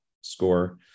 score